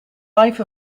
life